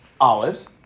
olives